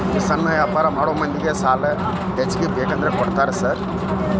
ಈ ಸಣ್ಣ ವ್ಯಾಪಾರ ಮಾಡೋ ಮಂದಿಗೆ ಸಾಲ ಹೆಚ್ಚಿಗಿ ಬೇಕಂದ್ರ ಕೊಡ್ತೇರಾ ಸಾರ್?